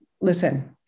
listen